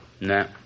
Nah